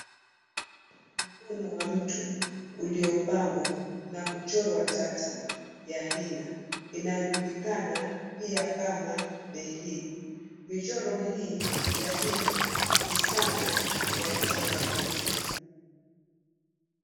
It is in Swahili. Mkono wa mtu, uliopambwa, na kuchorwa tata ya hina, inayojulikana pia kama behir. Michoro hii ya hina, ni sana ya kitamaduni.